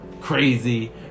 crazy